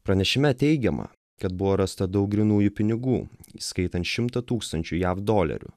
pranešime teigiama kad buvo rasta daug grynųjų pinigų įskaitant šimtą tūkstančių jav dolerių